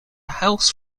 house